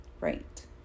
right